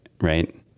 Right